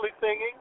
Singing